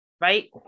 right